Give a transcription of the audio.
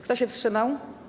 Kto się wstrzymał?